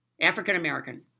african-american